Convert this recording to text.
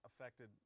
affected